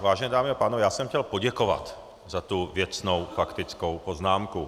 Vážené dámy a pánové, já jsem chtěl poděkovat za tu věcnou faktickou poznámku.